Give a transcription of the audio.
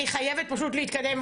אני חייבת פשוט להתקדם.